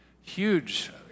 huge